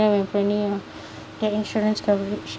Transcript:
with any uh the insurance coverage